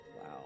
Wow